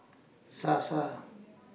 Sasa